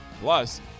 Plus